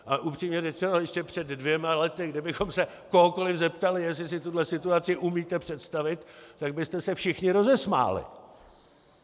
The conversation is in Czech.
A upřímně řečeno, ještě před dvěma lety, kdybychom se kohokoli zeptali, jestli si tuhle situaci umíte představit, tak byste se všichni rozesmáli.